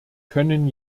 können